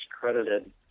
credited